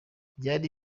byari